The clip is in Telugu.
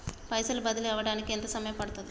పైసలు బదిలీ అవడానికి ఎంత సమయం పడుతది?